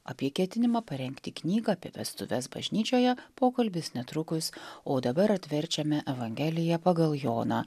apie ketinimą parengti knygą apie vestuves bažnyčioje pokalbis netrukus o dabar atverčiame evangeliją pagal joną